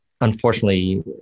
Unfortunately